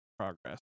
progress